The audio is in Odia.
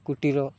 କୁଟୀର